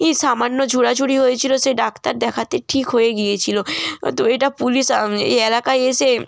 ই সামান্য ঝোরাঝুরি হয়েছিলো সে ডাক্তার দেখাতে ঠিক হয়ে গিয়েছিলো তো এটা পুলিশ এই এলাকায় এসে